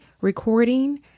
recording